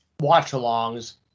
Watch-alongs